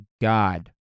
God